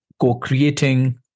co-creating